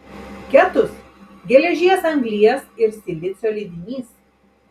ketus geležies anglies ir silicio lydinys